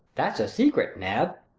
that's a secret, nab!